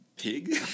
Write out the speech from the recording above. pig